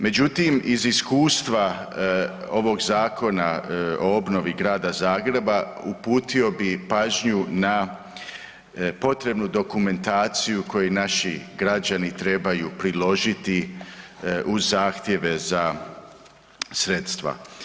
Međutim, iz iskustva ovog zakona o obnovi Grada Zagreba uputio bi pažnju na potrebnu dokumentaciju koju naši građani trebaju priložiti uz zahtjeve za sredstva.